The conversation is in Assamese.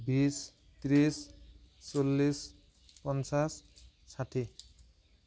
বিছ ত্ৰিছ চল্লিছ পঞ্চাছ ষাঠি